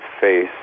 face